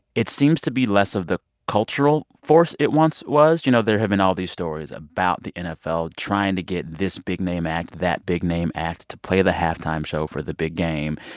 it seems to be less of the cultural force it once was. you know, there have been all these stories about the nfl trying to get this big name act, that big name act to play the halftime show for the big game.